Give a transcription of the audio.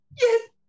yes